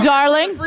Darling